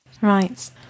Right